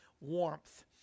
warmth